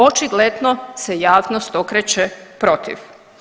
Očigledno se javnost okreće protiv.